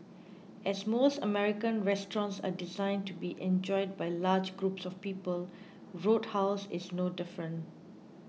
as most American restaurants are designed to be enjoyed by large groups of people Roadhouse is no different